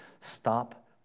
Stop